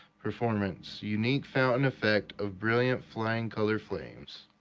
performance unique fountain effect of brilliant flying color flames,